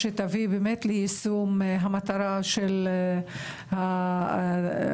שתביא ליישום המטרה של התכנית,